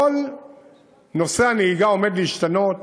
כל נושא הנהיגה עומד להשתנות,